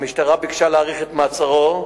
המשטרה ביקשה להאריך את מעצרו,